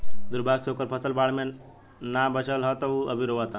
दुर्भाग्य से ओकर फसल बाढ़ में ना बाचल ह त उ अभी रोओता